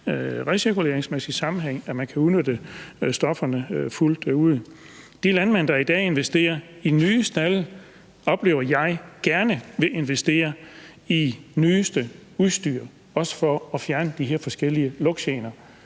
recirkuleringsmæssig sammenhæng, så man kan udnytte stofferne fuldt ud. De landmænd, der i dag investerer i nye stalde, oplever jeg gerne vil investere i det nyeste udstyr, også for at fjerne de her forskellige lugtgener.